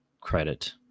credit